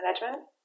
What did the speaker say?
management